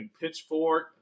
pitchfork